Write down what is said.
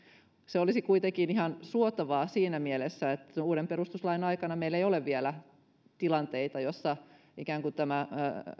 se olisi kuitenkin ihan suotavaa siinä mielessä että uuden perustuslain aikana meillä ei ole vielä ollut tilanteita joissa tämä